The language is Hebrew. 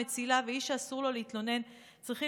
מצילה ואיש שאסור לו להתלונן צריכים